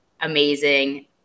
amazing